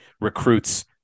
recruits